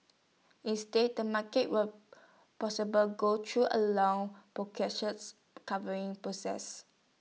instead the market will possible go through A long recovery process